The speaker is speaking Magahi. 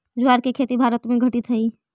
ज्वार के खेती भारत में घटित हइ